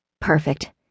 Perfect